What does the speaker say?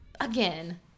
again